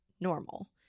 normal